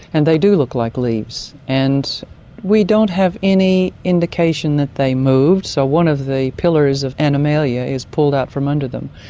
and they do look like leaves. and we don't have any indication that they moved, so one of the pillars of animalia is pulled out from under them.